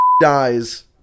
dies